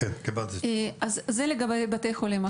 זה לגבי בתי החולים.